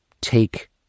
take